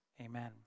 Amen